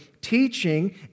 Teaching